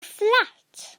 fflat